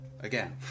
Again